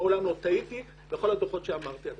מעולם לא טעיתי בכל הדוחות שנתתי.